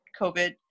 COVID